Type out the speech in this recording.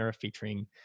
featuring